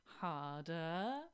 harder